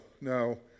no